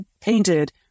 painted